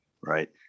right